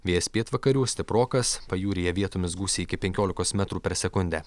vėjas pietvakarių stiprokas pajūryje vietomis gūsiai iki penkiolikos metrų per sekundę